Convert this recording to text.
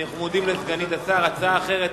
הצעה אחרת